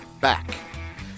back